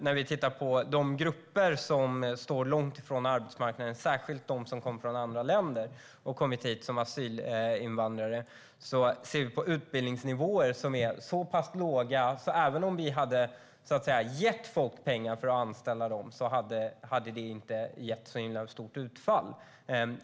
Om vi tittar på de grupper som står långt ifrån arbetsmarknaden, särskilt de som kommer hit från andra länder som asylinvandrare, ser vi utbildningsnivåer som är låga. De är så pass låga att även om vi hade gett folk pengar för att anställa dessa personer hade det inte gett ett så himla stort utfall.